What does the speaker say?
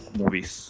movies